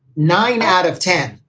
nine out of ten,